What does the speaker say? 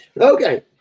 okay